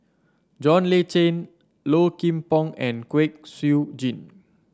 John Le Cain Low Kim Pong and Kwek Siew Jin